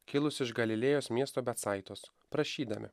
kilusį iš galilėjos miesto betsaitos prašydami